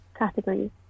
categories